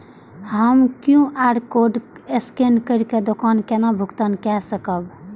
हम QR code scan करके दुकान केना भुगतान काय सकब?